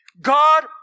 God